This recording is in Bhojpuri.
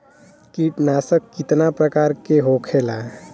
कीटनाशक कितना प्रकार के होखेला?